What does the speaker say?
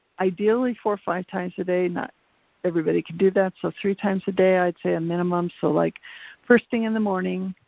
ideally four, five times a day, not everybody can do that so three times a day i'd say a minimum. so like first thing in the morning,